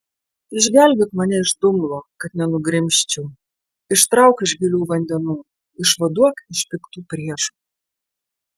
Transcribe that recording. išgelbėk mane iš dumblo kad nenugrimzčiau ištrauk iš gilių vandenų išvaduok iš piktų priešų